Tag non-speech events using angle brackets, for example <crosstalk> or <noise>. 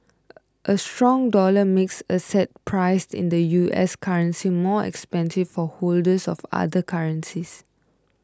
<noise> a stronger dollar makes assets priced in the US currency more expensive for holders of other currencies